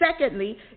Secondly